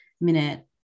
minute